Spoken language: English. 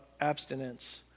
abstinence